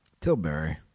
Tilbury